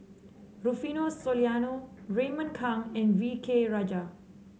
Rufino Soliano Raymond Kang and V K Rajah